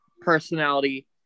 personality